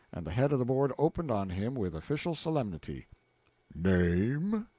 and the head of the board opened on him with official solemnity name?